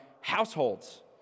households